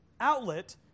outlet